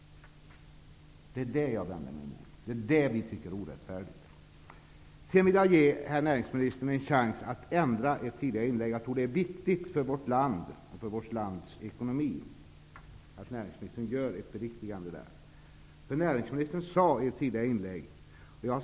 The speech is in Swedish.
Det är det jag vänder mig emot. Det är det vi tycker är orättfärdigt. Sedan vill jag ge herr näringsministern en chans att ändra ett tidigare inlägg. Jag tror att det är viktigt för vårt land och för vårt lands ekonomi att näringsministern gör det. Jag antecknade tidigare under debatten: ''Avslöjandets dag''.